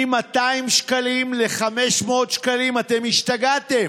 מ-200 שקלים ל-500 שקלים, אתם השתגעתם,